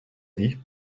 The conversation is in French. dit